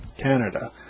Canada